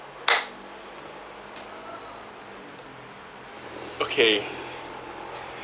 okay